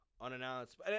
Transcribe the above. unannounced